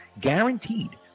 guaranteed